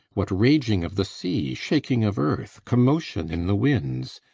what raging of the sea, shaking of earth, commotion in the winds!